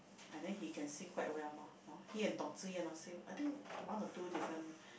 I think he can sing quite well loh he and Dong-Zi-Yan loh sing I think one or two different